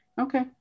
Okay